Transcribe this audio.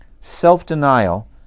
self-denial